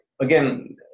again